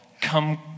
come